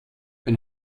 een